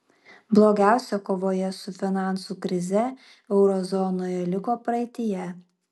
blogiausia kovoje su finansų krize euro zonoje liko praeityje